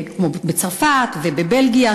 כמו בצרפת ובבלגיה,